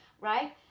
right